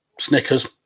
Snickers